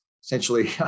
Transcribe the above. Essentially